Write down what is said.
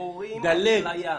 דלג,